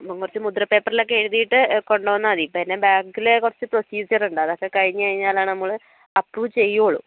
കുറച്ച് മുദ്ര പേപ്പറിലൊക്കെ എഴുതിയിട്ട് കൊണ്ടുവന്നാൽ മതി പിന്നെ ബാങ്കിൽ കുറച്ച് പ്രൊസീജ്യർ ഉണ്ട് അതൊക്കെ കഴിഞ്ഞ് കഴിഞ്ഞാൽ നമ്മൾ അപ്രൂവ് ചെയ്യൂള്ളു